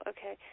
Okay